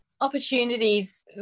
Opportunities